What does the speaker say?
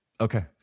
okay